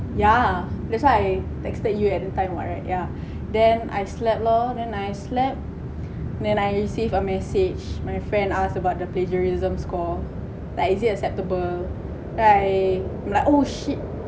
yeah that's why I texted you at the time what right yeah then I slept lor then I slept then I received a message my friend asked about the plagiarism score like is it acceptable I I'm like oh shit